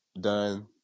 done